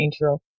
intro